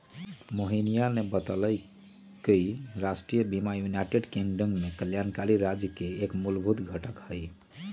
मोहिनीया ने बतल कई कि राष्ट्रीय बीमा यूनाइटेड किंगडम में कल्याणकारी राज्य के एक मूलभूत घटक हई